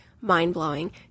mind-blowing